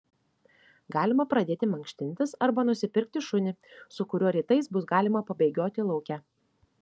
galima pradėti mankštintis arba nusipirkti šunį su kuriuo rytais bus galima pabėgioti lauke